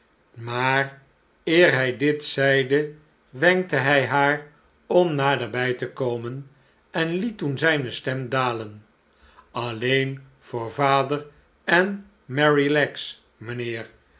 maar eer hij dit zeide wenkte hij haar om naderbij te komen en het toen zijne stem dalen alleen voor vader en merrylegs mijnheer